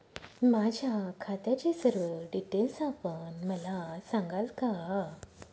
माझ्या खात्याचे सर्व डिटेल्स आपण मला सांगाल का?